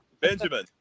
Benjamin